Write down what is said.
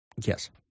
Yes